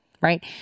right